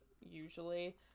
usually